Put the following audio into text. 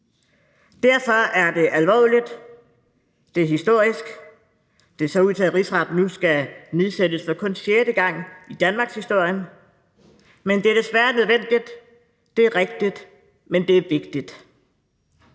Derfor er det alvorligt, det er historisk: Det ser ud til, at Rigsretten nu skal nedsættes for kun sjette gang i danmarkshistorien. Men det er desværre nødvendigt. Det er rigtigt. Det er vigtigt.